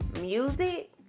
music